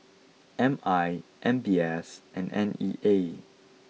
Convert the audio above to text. M I M B S and N E A